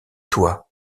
toi